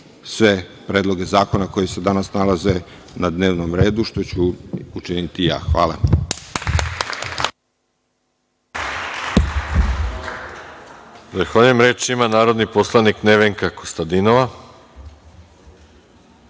sve predloge zakona koji se danas nalaze na dnevnom redu, što ću učiniti i ja. Hvala.